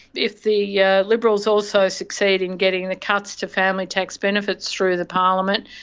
if the yeah liberals also succeed in getting the cuts to family tax benefits through the parliament,